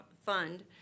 fund